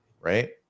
right